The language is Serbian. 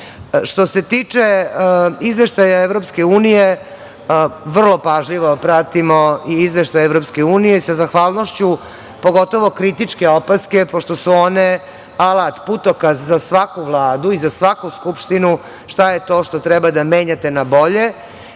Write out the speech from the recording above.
se tiče Izveštaja EU, vrlo pažljivo pratimo i Izveštaj EU, sa zahvalnošću, pogotovo kritičke opaske pošto su one alat, putokaz za svaku Vladu i za svaku Skupštinu šta je to što treba da menjate na bolje